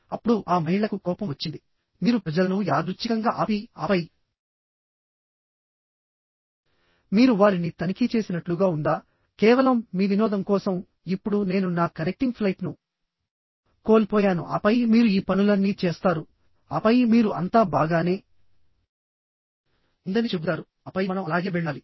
అప్పుడు ఆ మహిళకు కోపం వచ్చింది మీరు ప్రజలను యాదృచ్ఛికంగా ఆపి ఆపై మీరు వారిని తనిఖీ చేసినట్లుగా ఉందా కేవలం మీ వినోదం కోసం ఇప్పుడు నేను నా కనెక్టింగ్ ఫ్లైట్ను కోల్పోయాను ఆపై మీరు ఈ పనులన్నీ చేస్తారు ఆపై మీరు అంతా బాగానే ఉందని చెబుతారుఆపై మనం అలాగే వెళ్ళాలి